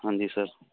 ਹਾਂਜੀ ਸਰ